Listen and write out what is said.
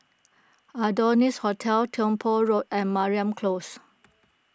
Adonis Hotel Tiong Poh Road and Mariam Close